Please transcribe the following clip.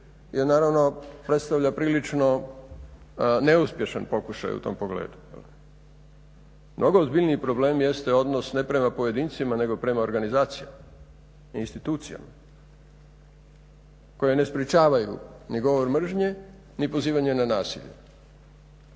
je naravno predstavljao prilično neuspješan pokušaj u tom problemu. Mnogo ozbiljniji problem jeste odnose ne prema pojedincima nego prema organizacijama i institucijama koje ne sprečavaju ni govor mržnje ni pozivanje na nasilje